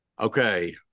Okay